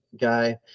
guy